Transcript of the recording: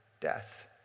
Death